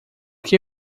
que